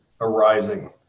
arising